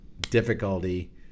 difficulty